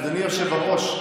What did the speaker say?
אדוני היושב-ראש,